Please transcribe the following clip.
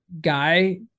guy